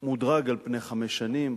מודרג על פני חמש שנים